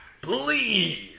please